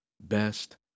best